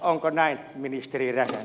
onko näin ministeri räsänen